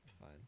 fine